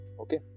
okay